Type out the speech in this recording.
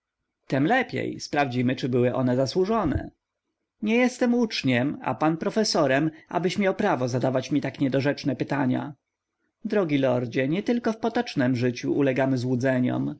tem lepiej sprawdzimy czy były one zasłużone nie jestem uczniem a pan profesorem abyś miał prawo zadawać mi tak niedorzeczne pytania drogi lordzie nie tylko w potocznem życiu ulegamy złudzeniom